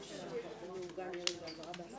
הישיבה ננעלה בשעה